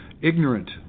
ignorant